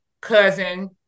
cousin